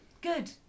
Good